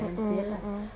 mm mm mm